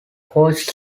coach